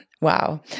wow